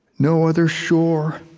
no other shore,